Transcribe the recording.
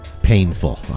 Painful